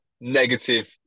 negative